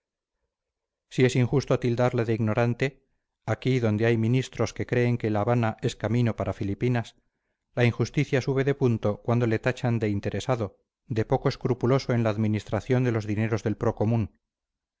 si es injusto tildarle de ignorante aquí donde hay ministros que creen que la habana es camino para filipinas la injusticia sube de punto cuando le tachan de interesado de poco escrupuloso en la administración de los dineros del